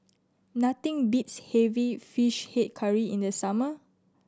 nothing beats having Fish Head Curry in the summer